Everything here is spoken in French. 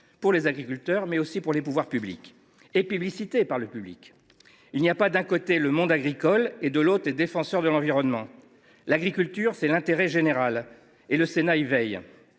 pour les agriculteurs, mais aussi pour les pouvoirs publics, et plébiscité par les Français. Il n’y a pas, d’un côté, le monde agricole et, de l’autre, les défenseurs de l’environnement. L’agriculture, c’est de l’intérêt général, et le Sénat y veille.